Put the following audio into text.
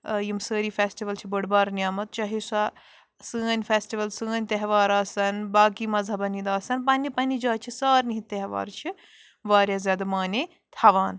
یِم سٲری فیٚسٹول چھِ بٔڑ بار نعمت چاہے سۄ سٲنۍ فیٚسٹول سٲنۍ تیٚہوار آسان باقٕے مزہَبن ہِنٛدۍ آسن پننہِ پننہِ جایہِ چھِ سارنٕے ہِنٛدۍ تیٚہوار وارِیاہ زیادٕ معنے تھاوان